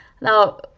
Now